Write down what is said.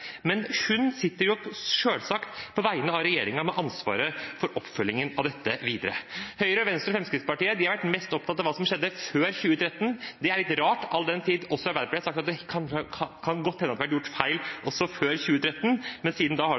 men hun sitter selvsagt på vegne av regjeringen med ansvaret for oppfølgingen av dette videre. Høyre, Venstre og Fremskrittspartiet har vært mest opptatt av hva som skjedde før 2013. Det er litt rart, all den tid også Arbeiderpartiet har sagt at det godt kan hende det har vært gjort feil også før 2013, men siden da har det